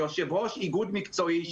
יושב ראש איגוד מקצועי שמייצג הורים וגם